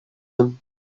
him